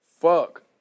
fuck